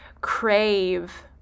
crave